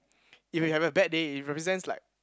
if you have a bad day it represents like